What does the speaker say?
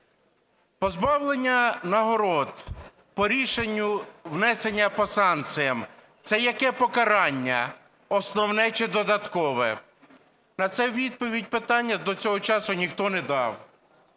Позбавлення нагород по рішенню внесення по санкціях, це яке покарання – основне чи додаткове? На це відповіді питання до цього часу ніхто не дав.